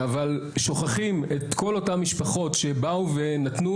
אבל שוכחים את כל אותם משפחות שבאו ונתנו